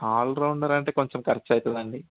all rounder అంటే కొంచెం ఖర్చు అవుతుంది అండి